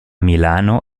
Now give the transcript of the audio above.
milano